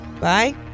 Bye